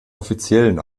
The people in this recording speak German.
offiziellen